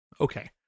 Okay